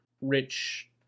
rich